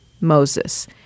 Moses